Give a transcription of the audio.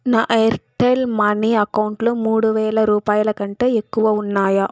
నా Airtel money అకౌంటులో మూడు వేల రూపాయల కంటే ఎక్కువ ఉన్నాయా